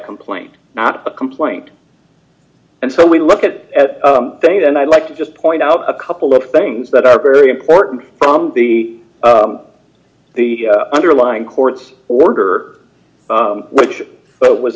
complaint not a complaint and so we look at that and i'd like to just point out a couple of things that are very important from the the underlying court's order which